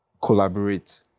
Collaborate